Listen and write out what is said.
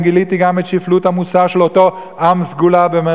גיליתי גם את שפלות המוסר של אותו 'עם סגולה'.